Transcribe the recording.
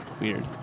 Weird